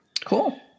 Cool